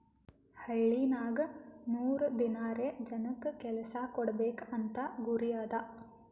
ಹಳ್ಳಿನಾಗ್ ನೂರ್ ದಿನಾರೆ ಜನಕ್ ಕೆಲ್ಸಾ ಕೊಡ್ಬೇಕ್ ಅಂತ ಗುರಿ ಅದಾ